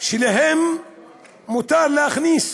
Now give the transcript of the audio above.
שאליהם מותר להכניס,